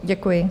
Děkuji.